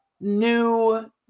new